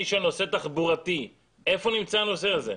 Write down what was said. אני שואל, נושא תחבורתי, איפה נמצא הנושא הזה?